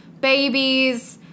babies